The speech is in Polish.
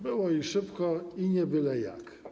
Było i szybko, i nie byle jak.